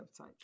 website